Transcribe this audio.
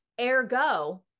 Ergo